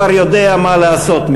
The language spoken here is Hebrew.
כבר יודע מה לעשות.